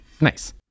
Nice